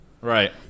Right